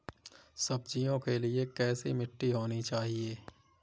सब्जियों के लिए कैसी मिट्टी होनी चाहिए?